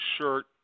shirt